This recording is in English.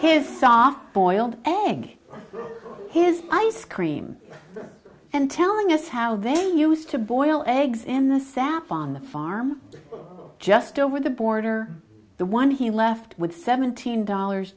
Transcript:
his soft boiled egg his ice cream and telling us how they're used to boil eggs in the sap on the farm just over the border the one he left with seventeen dollars